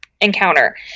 encounter